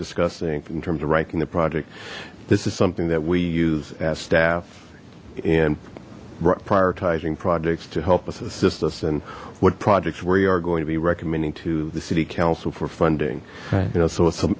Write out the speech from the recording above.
discussing in terms of writing the project this is something that we use as staff and prioritizing projects to help us assist us and what projects we are going to be recommending to the city council for funding you know so